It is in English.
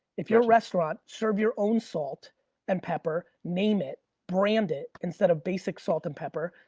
if you're restaurant serve your own salt and pepper, name it, brand it, instead of basic salt and pepper,